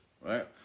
right